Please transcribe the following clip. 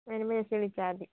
വരുമ്പം ജസ്റ്റ് വിളിച്ചാൽ മതി